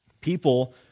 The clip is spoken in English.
People